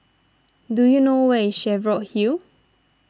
do you know where is Cheviot Hill